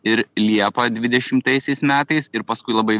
ir liepa dvidešimtaisiais metais ir paskui labai